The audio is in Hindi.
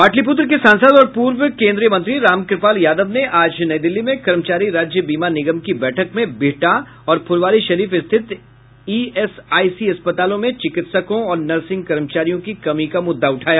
पाटिलपुत्र के सांसद और पूर्व केन्द्रीय मंत्री रामकृपाल यादव ने आज नई दिल्ली में कर्मचारी राज्य बीमा निगम की बैठक में बिहटा और फुलवारीशरीफ स्थित ईएसआईसी अस्पतालों में चिकित्सकों और नर्सिंग कर्मचारियों की कमी का मुद्दा उठाया